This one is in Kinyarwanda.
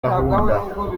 gahunda